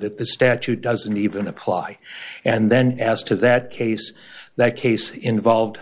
that the statute doesn't even apply and then as to that case that case involved